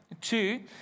Two